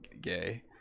gay